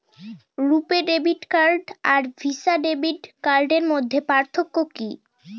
রূপে debit card আর Visa debit কার্ডের মধ্যে পার্থক্য কি?